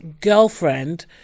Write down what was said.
girlfriend